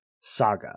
saga